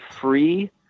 free